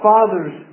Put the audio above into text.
Fathers